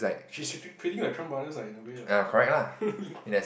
she's u~ pretty good at Chan-brothers lah in a way lah